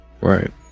right